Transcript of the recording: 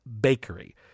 Bakery